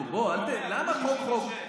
נו, בוא, למה חוק-חוק?